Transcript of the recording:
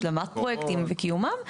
השלמת פרויקטים וקיומם,